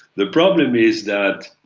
the problem is that